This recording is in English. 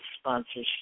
sponsorship